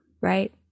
Right